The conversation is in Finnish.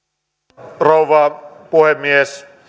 arvoisa rouva puhemies